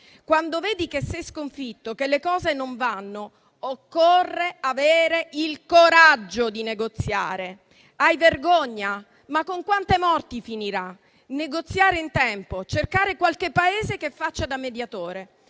«Quando vedi che sei sconfitto, che le cose non vanno, occorre avere il coraggio di negoziare. Hai vergogna? Ma con quante morti finirà? Negoziare in tempo, cercare qualche Paese che faccia da mediatore».